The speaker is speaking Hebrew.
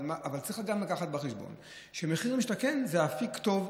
אבל צריך גם לקחת בחשבון שמחיר למשתכן זה אפיק טוב,